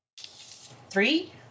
Three